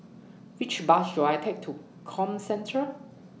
Which Bus should I Take to Comcentre